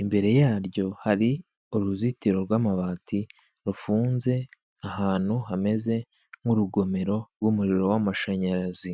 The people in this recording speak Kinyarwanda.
imbere yaryo hari uruzitiro rw'amabati rufunze ahantu hameze nk'urugomero rw'umuriro w'amashanyarazi.